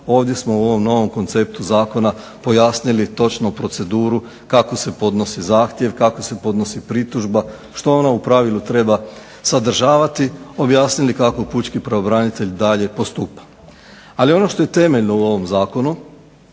Ovdje smo u ovom novom konceptu zakona pojasnili točnu proceduru kako se podnosi zahtjev kako se podnosi pritužba, što ona u pravilu treba sadržavati, objasnili kako pučki pravobranitelj dalje postupa. Ali ono što je temeljno u ovom zakonu